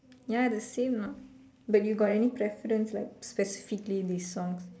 ya the same what but you got any preference like specifically these songs